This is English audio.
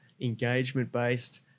engagement-based